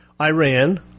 Iran